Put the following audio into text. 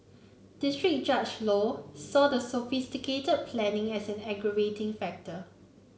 district Judge Low saw the sophisticated planning as an aggravating factor